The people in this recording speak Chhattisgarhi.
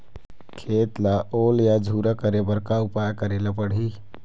खेत ला ओल या झुरा करे बर का उपाय करेला पड़ही?